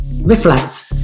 reflect